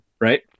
right